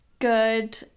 Good